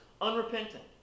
unrepentant